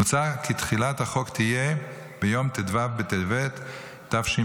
מוצע כי תחילת החוק יהיה ביום ט"ו בטבת התשפ"ה,